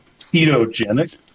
ketogenic